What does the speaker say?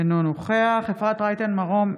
אינו נוכח אפרת רייטן מרום,